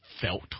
felt